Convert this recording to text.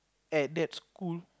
at that school